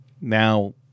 Now